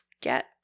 get